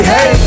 Hey